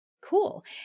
cool